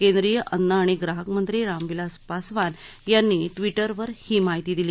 केंद्रीय अन्न आणि ग्राहकमंत्री रामविलास पासवान यांनी ट्विटरवर ही माहिती दिली